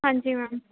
ਹਾਂਜੀ ਮੈਮ